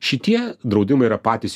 šitie draudimai yra patys